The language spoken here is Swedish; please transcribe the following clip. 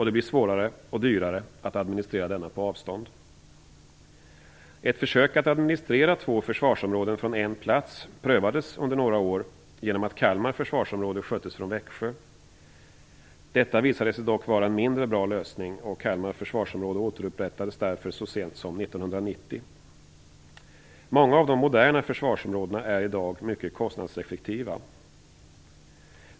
Det blir svårare och dyrare att administrera denna på avstånd. Ett försök att administrera två försvarsområden från en plats prövades under några år genom att Kalmar försvarsområde sköttes från Växjö. Detta visade sig dock vara en mindre bra lösning, och Kalmar försvarsområde återupprättades därför så sent som Många av de moderna försvarsområdena är i dag mycket kostnadseffektiva.